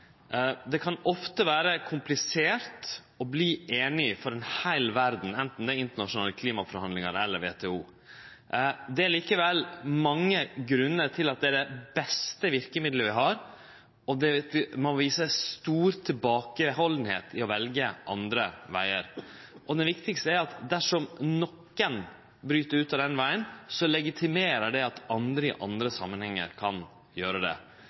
Det kan ofte vere komplisert for ei heil verd å verte einig, anten det er i internasjonale klimaforhandlingar eller i WTO. Det er likevel mange grunnar til at det er det beste verkemiddelet vi har, og til at vi må vere svært tilbakehaldne med å velje andre vegar. Det viktigaste er at dersom nokon bryt ut av den vegen, legitimerer det at andre i andre samanhengar kan gjere det.